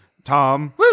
Tom